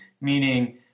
meaning